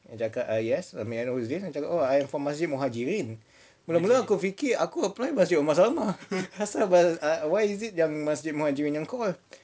then I cakap ah yes may I know who is this dia cakap oh I am from masjid muhajirin mula-mula aku fikir aku apply masjid omar salmah asal why is it yang masjid muhajirin yang call